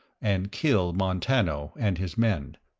and kill montano and his men.